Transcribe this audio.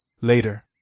later